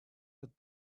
but